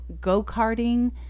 go-karting